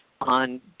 on